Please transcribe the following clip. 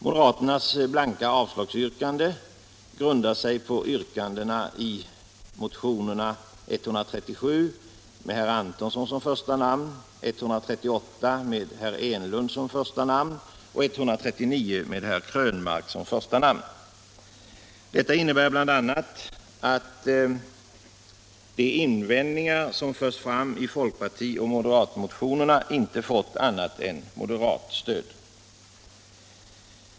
Moderaternas blanka avslagsyrkande grundar sig på yrkandena i motionerna 137 med herr Antonsson som första namn, 138 med herr Enlund som första namn och 139 med herr Krönmark som första namn. Detta innebär bl.a. att de invändningar som förts fram i folkpartioch moderatmotionerna inte fått annat än moderat stöd.